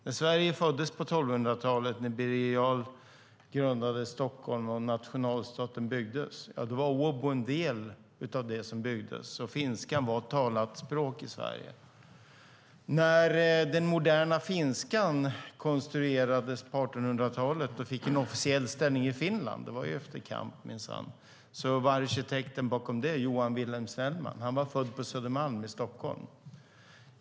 När Sverige föddes på 1200-talet, när Birger Jarl grundade Stockholm och när nationalstaten byggdes var Åbo en del av det hela. Finskan var talat språk i Sverige. När den moderna finskan konstruerades på 1800-talet och fick en officiell ställning i Finland - det var minsann efter kamp - var arkitekten bakom detta Johan Vilhelm Snellman. Han var född på Södermalm i Stockholm.